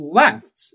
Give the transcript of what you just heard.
left